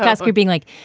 bhasker being like,